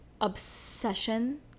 obsession